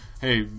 hey